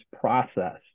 process